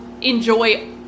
enjoy